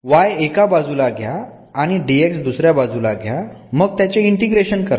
y एका बाजूला घ्या आणि dx दुसऱ्या बाजूला घ्या मग त्याचे इंटिग्रेशन करा